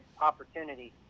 opportunity